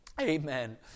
Amen